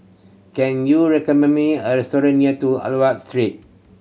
can you recommend me a restaurant near to Aliwal Street